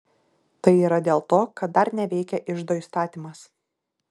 tai yra dėl to kad dar neveikia iždo įstatymas